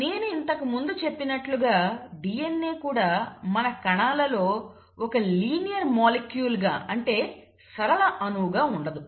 నేను ఇంతకు ముందు చెప్పినట్లుగా DNA కూడా మన కణాలలో ఒక లీనియర్ మాలిక్యూల్ గా అంటే సరళ అణువుగా ఉండదు